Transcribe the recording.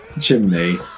chimney